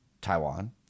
Taiwan